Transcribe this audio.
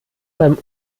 beim